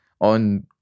on